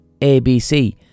ABC